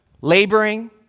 laboring